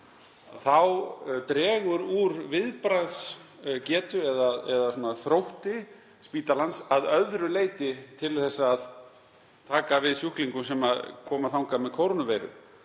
Þá dregur úr viðbragðsgetu eða þrótti spítalans að öðru leyti til að taka við sjúklingum sem koma þangað með kórónuveiru.